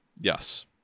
yes